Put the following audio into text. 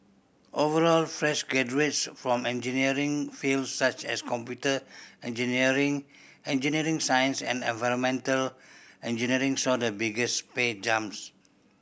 overall fresh graduates from engineering fields such as computer engineering engineering science and environmental engineering saw the biggest pay jumps